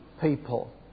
people